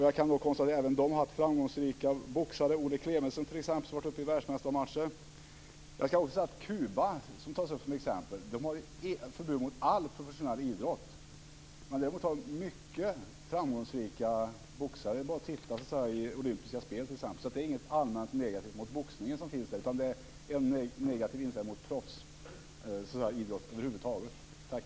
Jag kan bara konstatera att även Norge haft framgångsrika boxare, t.ex. Ole Klemens som varit uppe i världsmästarmatcher. Jag ska också säga att Kuba, som tas upp som exempel, har förbud mot all professionell idrott. Däremot har de mycket framgångsrika boxare i Olympiska spelen. Det är inget allmänt negativt mot boxning man har där, utan det är en negativ inställning mot proffsidrott över huvud taget. Tack!